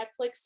Netflix